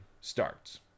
starts